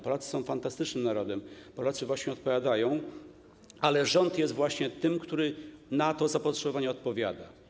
Polacy są fantastycznym narodem, Polacy odpowiadają, ale rząd jest właśnie tym, który na to zapotrzebowanie odpowiada.